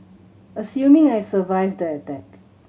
assuming I survived the attack